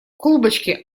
колбочки